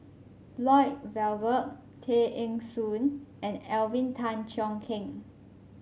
Lloyd Valberg Tay Eng Soon and Alvin Tan Cheong Kheng